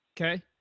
Okay